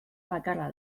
bakarra